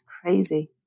crazy